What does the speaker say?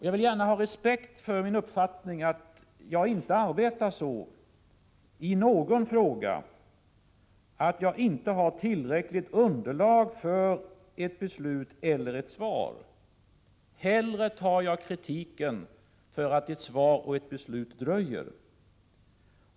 Man bör ha respekt för att jag inte i någon fråga arbetar så att jag inte har tillräckligt underlag för ett beslut eller ett svar — hellre tar jag kritiken för att ett beslut eller ett svar dröjer.